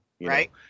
Right